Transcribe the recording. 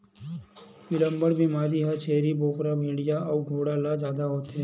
पिलबढ़वा बेमारी ह छेरी बोकराए भेड़िया अउ घोड़ा ल जादा होथे